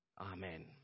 Amen